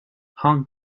hong